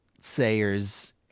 Sayers